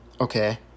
okay